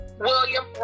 william